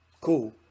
cool